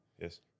Yes